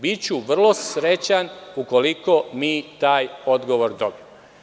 Biću vrlo srećan, ukoliko mi taj odgovor dobijemo.